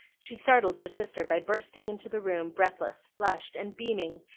she startled her sister by bursting into the room breathless, flushed, and beaming,